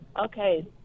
Okay